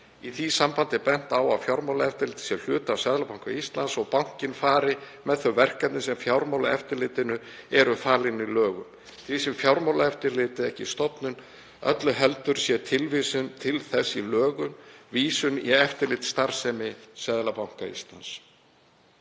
Í því sambandi er bent á að Fjármálaeftirlitið sé hluti af Seðlabanka Íslands og að bankinn fari með þau verkefni sem Fjármálaeftirlitinu eru falin í lögum. Því sé Fjármálaeftirlitið ekki stofnun, öllu heldur sé tilvísun til þess í lögum vísun til eftirlitsstarfsemi Seðlabankans.